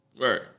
Right